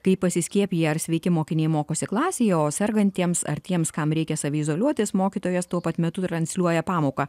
kap pasiskiepiję ar sveiki mokiniai mokosi klasėje o sergantiems ar tiems kam reikia saviizoliuotis mokytojas tuo pat metu transliuoja pamoką